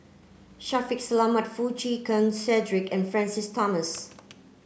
Shaffiq Selamat Foo Chee Keng Cedric and Francis Thomas